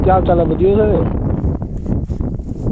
केह् हाल चाल बधिया सर